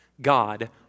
God